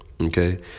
okay